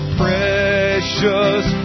precious